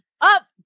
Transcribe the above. up